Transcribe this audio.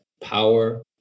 power